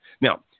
Now